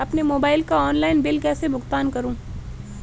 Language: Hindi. अपने मोबाइल का ऑनलाइन बिल कैसे भुगतान करूं?